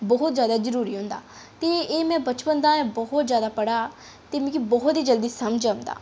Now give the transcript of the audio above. बहुत जैदा जरूरी होंदा ते एह् में बचपन दा बहुत जैदा पढ़े दा ते मिगी बहुत ई जल्दी समझ औंदा